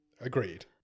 Agreed